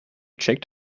checked